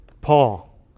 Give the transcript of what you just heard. Paul